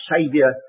Saviour